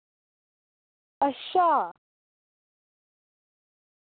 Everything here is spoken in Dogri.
अच्छा